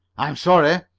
i'm sorry,